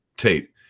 Tate